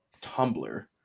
tumblr